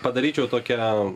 padaryčiau tokią